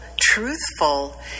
truthful